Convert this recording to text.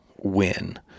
win